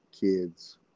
kids